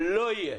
לא יהיה.